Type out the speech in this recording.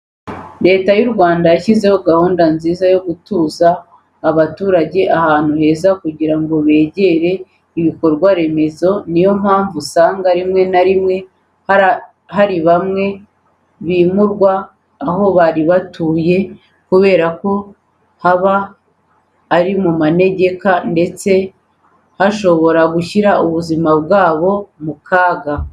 Leta y'u Rwanda yashyizeho gahunda nziza yo gutuza abaturage ahantu heza kugira ngo begere ibikorwa remezo. Niyo mpamvu usanga rimwe na rimwe hari bamwe bimurwa aho bari batuye kubera ko haba ari mu manegeka ndetse hashobora gushyira ubuzima bwabo mu kaga.